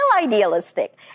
idealistic